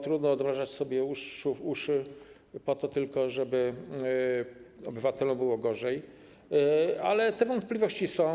Trudno odmrażać sobie uszy po to tylko, żeby obywatelom było gorzej, ale te wątpliwości są.